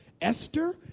Esther